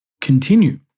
continue